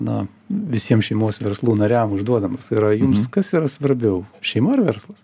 na visiem šeimos verslų nariam užduodamas yra jums kas yra svarbiau šeima ar verslas